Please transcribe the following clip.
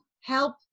help